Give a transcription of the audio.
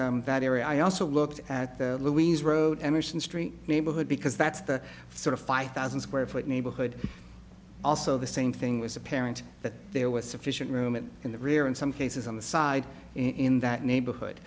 very i also looked at louise road emerson street neighborhood because that's the sort of five thousand square foot neighborhood also the same thing was apparent that there was sufficient room in the rear in some cases on the side in that neighborhood